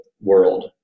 world